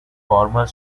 former